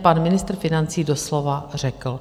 Pan ministr financí doslova řekl: